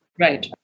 right